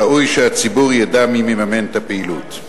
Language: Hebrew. ראוי שהציבור ידע מי מממן את הפעילות.